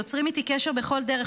יוצרים איתי קשר בכל דרך.